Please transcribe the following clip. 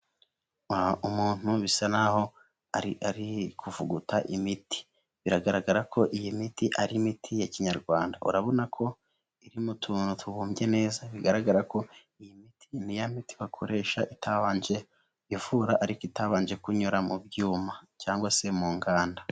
Umuntu bisa naho ari kuvuguta imiti, biragaragara ko iyi miti ari imiti ya kinyarwanda, urabona ko irimo utuntu tubumbye neza, bigaragara ko iyi miti ni ya miti bakoresha itabanje kunyura mu byuma cyangwa se mu nganda.